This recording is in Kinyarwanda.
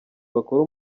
bakora